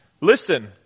listen